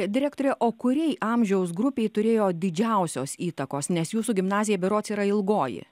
direktore o kuriai amžiaus grupei turėjo didžiausios įtakos nes jūsų gimnaziją berods yra ilgoji